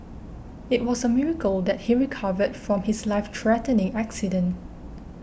it was a miracle that he recovered from his life threatening accident